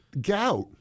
gout